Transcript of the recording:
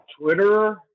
Twitter